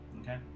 Okay